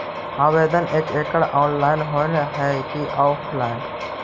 आवेदन एकड़ ऑनलाइन होव हइ की ऑफलाइन?